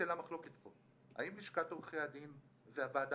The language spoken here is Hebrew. סלע המחלוקת פה: האם לשכת עורכי הדין והוועדה